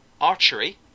archery